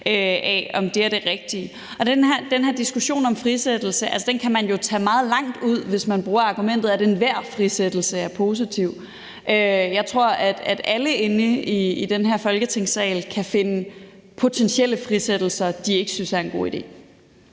af, om det her er det rigtige, og den her diskussion om frisættelse kan man jo altså tage meget langt ud, hvis man bruger argumentet, at enhver frisættelsen er positiv. Jeg tror, at alle inde i den her Folketingssal kan finde potentielle frisættelser, de ikke synes er en god idé.